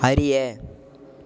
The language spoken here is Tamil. அறிய